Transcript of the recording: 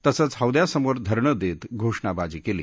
तसंच हौद्यासमोर धरणं दक्तघोषणाबाजी कली